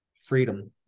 freedom